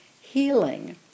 healing